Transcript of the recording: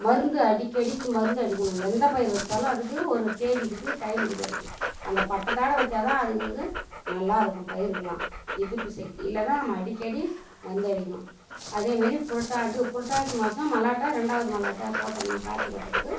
மருந்து அடிக்க அடிக்க மருந்து அடிக்கணும் எந்த பயிர் வச்சாலும் அதுக்கு ஒரு தேதிருக்குது டைம்ருக்குது அதுக்கு அந்த பட்டத்தோடய வச்சால் தான் அதுங்களுக்கு நல்லாருக்கும் பயிருக்கெல்லாம் எதிர்ப்பு சக்தி இல்லைனா நம்ம அடிக்கடி மருந்து அடிக்கணும் அதே மாரி புரட்டா அது புரட்டாசி மாதம் மழைட்ட ரெண்டாவது மலாட்ட போட்டம்னா கார்த்திகை பட்டத்துக்கு